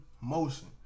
motion